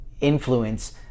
influence